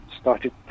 started